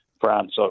France